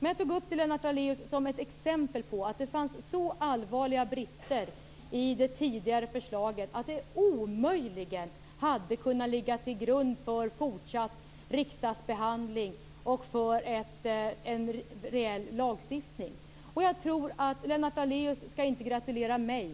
Men jag tog upp detta som ett exempel på att det fanns så allvarliga brister i det tidigare förslaget att det omöjligen hade kunnat ligga till grund för fortsatt riksdagsbehandling och för en reell lagstiftning. Lennart Daléus skall inte gratulera mig.